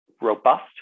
robust